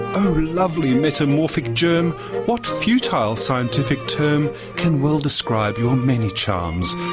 oh lovely metamorphic germ what futile scientific term can well describe your many charms?